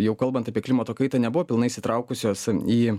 jau kalbant apie klimato kaitą nebuvo pilnai įsitraukusios į